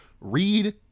read